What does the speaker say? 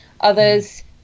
Others